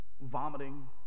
vomiting